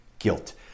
Guilt